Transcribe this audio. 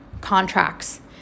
contracts